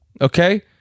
Okay